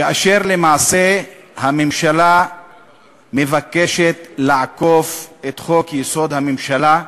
כאשר למעשה הממשלה מבקשת לעקוף את חוק-יסוד: הממשלה,